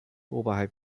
oberhalb